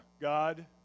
God